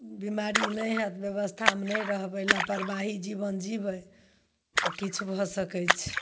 बिमारी नहि होयत ब्यबस्थामे नहि रहबै लापरवाही जीवन जीबै तऽ किछु भऽ सकैत छै